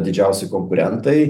didžiausi konkurentai